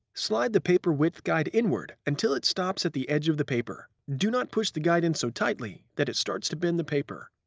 slide the paper width guide inward until it stops at the edge of the paper. do not push the guide in so tightly that it starts to bend the paper.